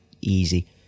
easy